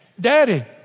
Daddy